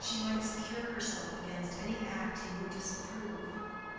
that she might secure herself against any act he would disapprove.